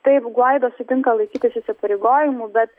taip gvaido sutinka laikytis įsipareigojimų bet